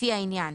לפי העניין,